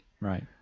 Right